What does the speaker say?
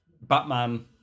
Batman